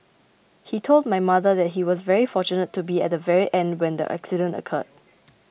he told my mother that he was very fortunate to be at the very end when the accident occurred